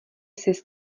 sis